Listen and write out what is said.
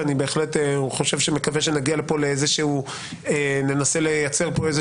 ואני בהחלט מקווה שננסה לייצר פה איזה